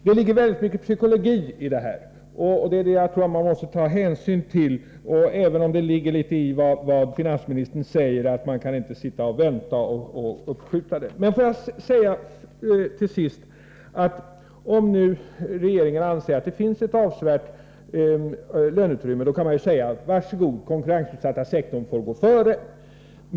Det ligger väldigt mycket psykologi i detta, och det tror jag man måste ta hänsyn till — även om det också ligger en del i vad finansministern säger, att man inte kan sitta och vänta och uppskjuta förhandlingarna för länge. Får jag till sist säga, att om nu regeringen anser att det finns ett avsevärt löneutrymme, kan man ju säga: Varsågod, den konkurrensutsatta sektorn får gå före.